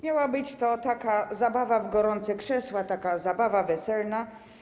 Miała być to taka zabawa w gorące krzesła, taka zabawa weselna.